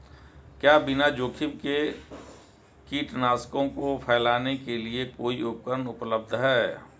क्या बिना जोखिम के कीटनाशकों को फैलाने के लिए कोई उपकरण उपलब्ध है?